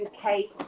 Kate